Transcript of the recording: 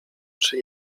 czy